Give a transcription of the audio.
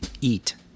eat